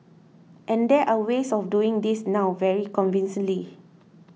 and there are ways of doing this now very convincingly